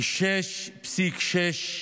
ל-6.6%.